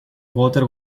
water